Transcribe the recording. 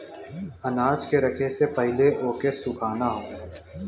अनाज के रखे से पहिले ओके सुखाना होला